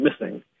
missing